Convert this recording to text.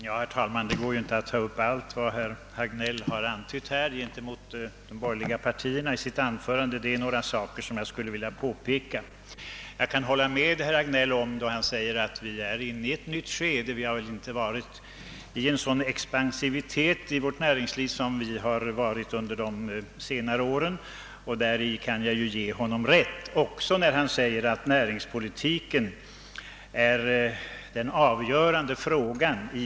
Herr talman! Det går ju inte att ta upp allt i herr Hagnells polemik mot de borgerliga partierna, men jag vill påpeka några saker. Jag kan hålla med herr Hagnell om att vi har kommit in i ett nytt skede. Näringslivet har aldrig tidigare varit så expansivt som under senare år. Jag kan också ge honom rätt i att näringspolitiken nu är det avgörande.